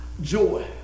Joy